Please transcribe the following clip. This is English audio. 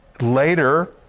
later